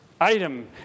item